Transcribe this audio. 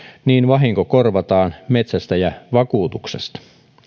niin vahinko korvataan metsästäjävakuutuksesta